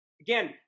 Again